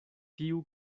tiu